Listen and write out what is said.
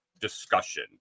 discussion